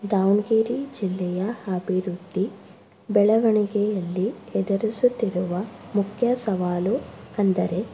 ದಾವಣಗೆರೆ ಜಿಲ್ಲೆಯ ಅಭಿವೃದ್ಧಿ ಬೆಳವಣಿಗೆಯಲ್ಲಿ ಎದುರಿಸುತ್ತಿರುವ ಮುಖ್ಯ ಸವಾಲು ಎಂದರೆ